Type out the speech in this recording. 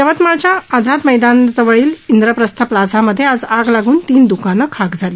यवतमाळच्या आझाद मैदान जवळील इंद्रप्रस्थ प्लाझामध्ये आज आग लागून तीन द्कानं खाक झाली